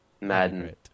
Madden